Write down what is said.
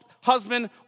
husband